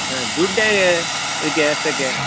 ಹಾಂ ದುಡ್ಡು ಹೇಗೆ ಅದಕ್ಕೆ ಅಷ್ಟಕ್ಕೆ